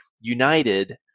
united